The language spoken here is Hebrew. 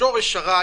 שורש הרע,